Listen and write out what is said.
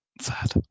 sad